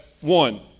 one